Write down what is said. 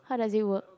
how does it work